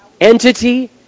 entity